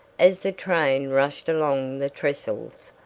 as the train rushed along the trestles,